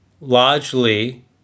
Largely